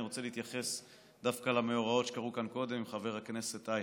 אני רוצה להתייחס דווקא למאורעות שקרו כאן קודם עם חבר הכנסת אייכלר.